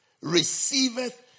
receiveth